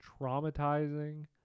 traumatizing